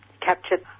captured